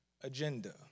agenda